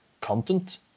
content